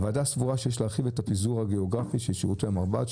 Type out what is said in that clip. הוועדה סבורה כי יש להרחיב את הפיזור הגיאוגרפי של שירותי המרב"ד.